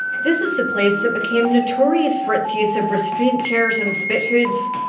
this is the place that became notorious for its use of restraint chairs and spit-hoods.